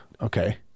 Okay